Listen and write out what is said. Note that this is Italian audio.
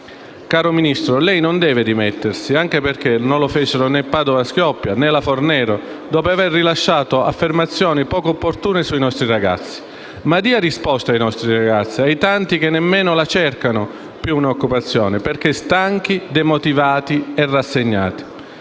Caro Ministro, lei non deve dimettersi, anche perché non lo fecero né Padoa Schioppa, né la Fornero, dopo aver rilasciato affermazioni poco opportune sui nostri ragazzi. Ma dia risposte ai nostri ragazzi, ai tanti che nemmeno cercano più un'occupazione, perché stanchi, demotivati e rassegnati.